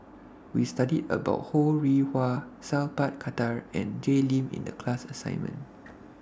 We studied about Ho Rih Hwa Sat Pal Khattar and Jay Lim in The class assignment